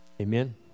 Amen